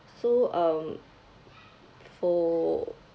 so um for